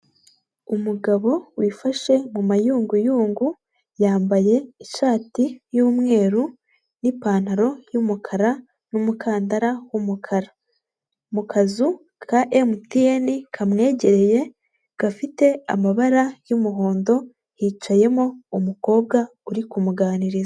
Umugabo wifashe mu mayunguyungu, yambaye ishati y'umweru, n'ipantaro y'umukara, n'umukandara w'umukara. Mu kazu ka MTN kamwegereye gafite amabara y'umuhondo, hicayemo umukobwa uri kumuganiriza.